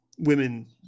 Women